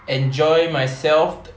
enjoy myself